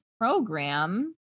program